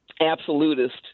absolutist